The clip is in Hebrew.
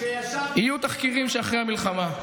יהיו תחקירים שאחרי המלחמה,